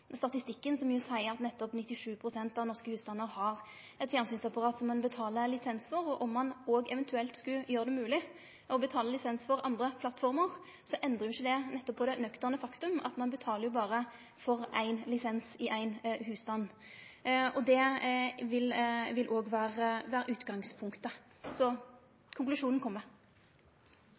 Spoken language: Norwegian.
statistikken, som seier at nettopp 97 pst. av norske husstandar har eit fjernsynsapparat som ein betaler lisens for. Om ein eventuelt skulle gjere det mogleg å betale lisens for andre plattformer, endrar ikkje det på det nøkterne faktumet at ein berre betaler éin lisens i ein husstand. Det vil òg vere utgangspunktet – og konklusjonen